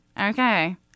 Okay